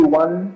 one